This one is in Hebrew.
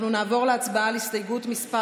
נעבור להצבעה על הסתייגות מס'